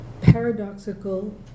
paradoxical